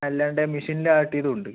അല്ലാണ്ട് മെഷിനിൽ ആട്ടിയതും ഉണ്ട്